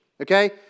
Okay